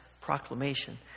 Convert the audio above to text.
proclamation